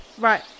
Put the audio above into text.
Right